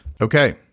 okay